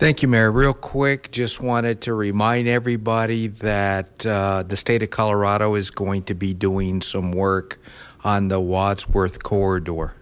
thank you mary real quick just wanted to remind everybody that the state of colorado is going to be doing some work on the watts worth corridor